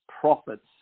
profits